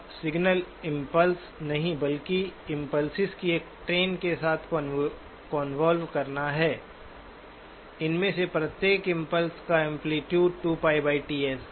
अब single impulse नहीं बल्कि इम्पल्सइस की एक ट्रेन के साथ कन्वोल्वे करना है उनमें से प्रत्येक इम्पल्स का एम्पलीटूडे 2πTs है ठीक है